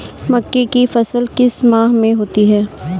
मक्के की फसल किस माह में होती है?